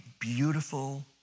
beautiful